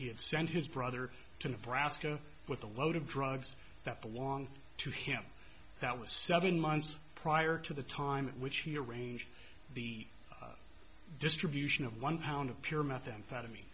he had sent his brother to the brasco with a load of drugs that belonged to him that was seven months prior to the time which he arranged the distribution of one pound of pure methamphetamine